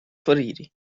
foriri